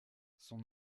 son